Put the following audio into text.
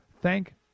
thank